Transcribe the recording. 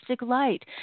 light